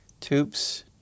tubes